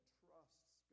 trusts